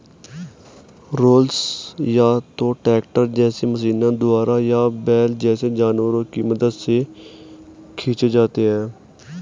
rollers या तो tractor जैसे मशीनों द्वारा या बैल जैसे जानवरों की मदद से खींचे जाते हैं